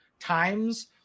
times